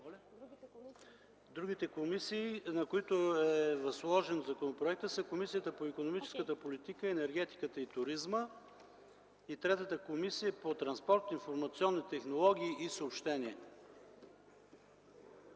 Другите комисии, на които е разпределен законопроектът, са Комисията по икономическата политика, енергетика и туризъм и Комисията по транспорт, информационни технологии и съобщения.